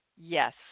yes